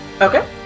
Okay